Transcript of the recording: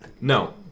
No